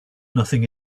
nothing